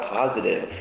positive